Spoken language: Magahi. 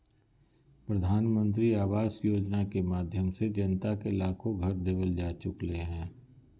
प्रधानमंत्री आवास योजना के माध्यम से जनता के लाखो घर देवल जा चुकलय हें